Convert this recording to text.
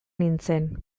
nintzen